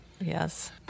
Yes